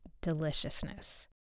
deliciousness